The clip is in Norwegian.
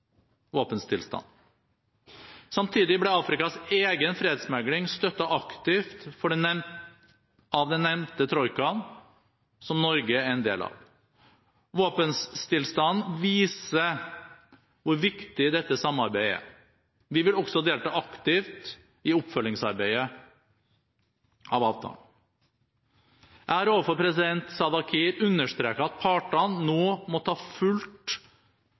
Samtidig ble Afrikas egen fredsmekling støttet aktivt av den nevnte troikaen som Norge er en del av. Våpenstillstanden viser hvor viktig dette samarbeidet er. Vi vil også delta aktivt i oppfølgingsarbeidet av avtalen. Jeg har overfor president Salva Kiir understreket at partene nå må ta fullt